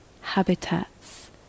habitats